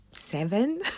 seven